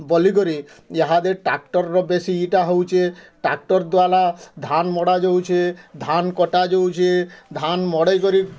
ବୋଲି କରି ଇହାଦେ ଟ୍ରାକ୍ଟର୍ ର ବେଶୀ ଇ ଟା ହଉଛେ ଟ୍ରାକ୍ଟର୍ ଦ୍ଵାରା ଧାନ୍ ମଡ଼ା ଯାଉଛେ ଧାନ୍ କଟା ଯାଉଛେ ଧାନ୍ ମଡ଼େଇ କରି